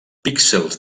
píxels